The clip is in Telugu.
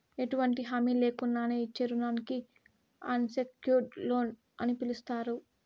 ఎటువంటి హామీ లేకున్నానే ఇచ్చే రుణానికి అన్సెక్యూర్డ్ లోన్ అని పిలస్తారు